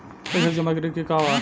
पैसा जमा करे के बा?